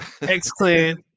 X-Clan